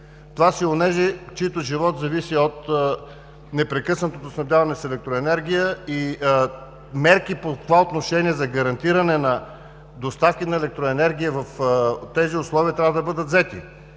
това са онези, чийто живот зависи от непрекъснатото снабдяване с електроенергия. Мерки в това отношение за гарантиране доставки на електроенергия в тези условия трябва да бъдат взети.